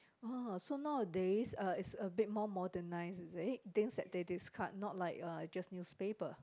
oh so nowadays uh it's a bit more modernized is it things that they discard not like uh just newspaper